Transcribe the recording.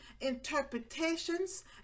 interpretations